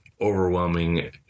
overwhelming